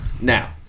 Now